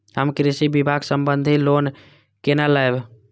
हम कृषि विभाग संबंधी लोन केना लैब?